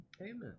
Amen